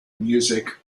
music